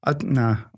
No